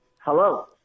Hello